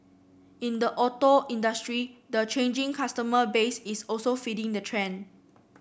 in the auto industry the changing customer base is also feeding the trend